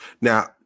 Now